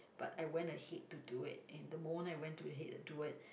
but I went ahead to do it and the moment I went to ahead and do it